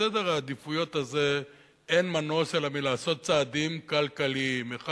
בסדר העדיפויות הזה אין מנוס אלא לעשות צעדים כלכליים: אחד,